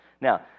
Now